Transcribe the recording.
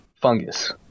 fungus